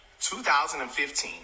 2015